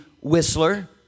whistler